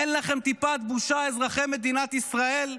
אין לכם טיפת בושה, אזרחי מדינת ישראל?